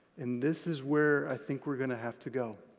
and this is where i think we're going to have to go.